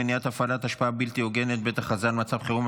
מניעת הפעלת השפעה בלתי הוגנת בעת הכרזה על מצב חירום),